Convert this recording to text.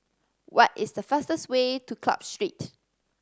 what is the fastest way to Club Street